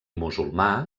musulmà